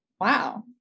wow